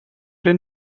den